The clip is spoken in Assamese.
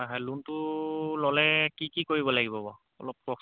হয় হয় লোণটো ল'লে কি কি কৰিব লাগিব বাৰু অলপ কওকচোন